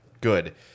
Good